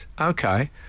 Okay